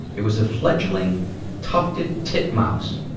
it was a fledgling tufted titmouse.